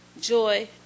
joy